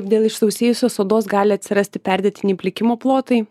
dėl išsausėjusios odos gali atsirasti perdėtiniai plikimo plotai